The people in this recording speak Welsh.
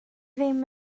ddim